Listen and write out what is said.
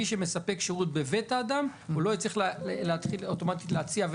מי שמספק שירות בבית האדם הוא לא יצטרך אוטומטית להציע,